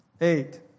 Eight